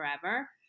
forever